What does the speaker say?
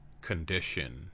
condition